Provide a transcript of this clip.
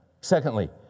Secondly